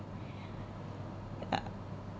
uh